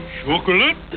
chocolate